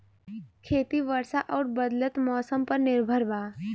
खेती वर्षा और बदलत मौसम पर निर्भर बा